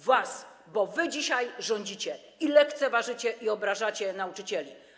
Wasza, bo wy dzisiaj rządzicie i lekceważycie, obrażacie nauczycieli.